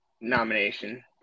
nomination